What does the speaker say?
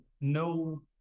no